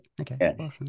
Okay